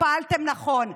פעלתם נכון.